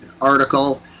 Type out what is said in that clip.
article